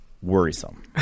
Worrisome